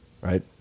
right